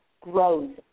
grows